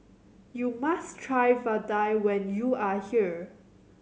you must try vadai when you are here